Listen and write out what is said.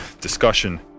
discussion